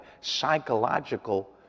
psychological